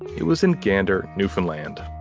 it was in gender, newfoundland